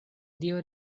dio